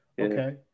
okay